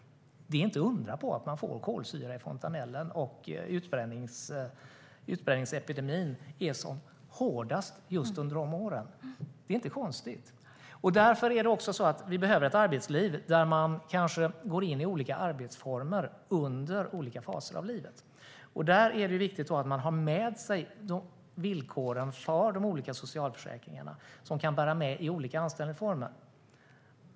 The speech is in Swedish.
Det är inte att undra på att man får kolsyra i fontanellen och att utbränningsepidemin är som hårdast just under de åren. Det är inte konstigt. Därför behöver vi ett arbetsliv där man kanske går in i olika arbetsformer under olika faser av livet. Det är då viktigt att ha med sig villkoren för de olika socialförsäkringarna som kan bära med i olika anställningsformer.